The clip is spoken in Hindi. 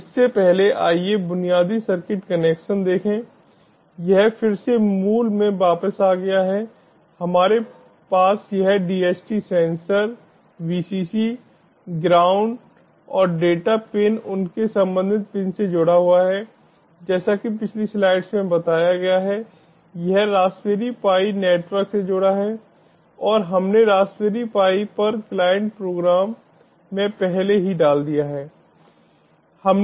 तो इससे पहले आइए बुनियादी सर्किट कनेक्शन देखें यह फिर से मूल में वापस आ गया है हमारे पास यह DHT सेंसर Vcc ग्राउंड और डेटा पिन उनके संबंधित पिन से जुड़ा हुआ है जैसा कि पिछली स्लाइड्स में बताया गया है यह रासबेरी पाई नेटवर्क से जुड़ा है और हमने रासबेरी पाई पर क्लाइंट प्रोग्राम में पहले ही डाल दिया है